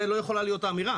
זה לא יכולה להיות האמירה?